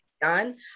Done